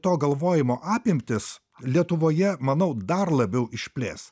to galvojimo apimtis lietuvoje manau dar labiau išplės